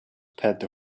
pet